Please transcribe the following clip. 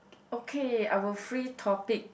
okay our free topic